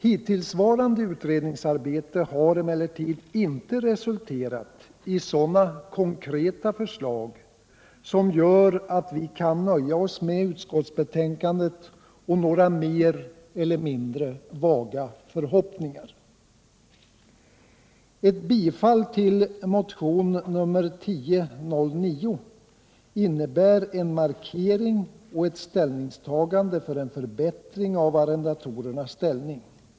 Hittillsvarande utredningsarbete har emellertid inte resulterat i sådana konkreta förslag som gör att vi kan nöja oss med utskottets hemställan i betänkandet och några mer eller mindre vaga förhoppningar. Ett bifall till motionen 1009 innebär en markering och ett siällningstagande för en förbättring av arrendatorernas ställning.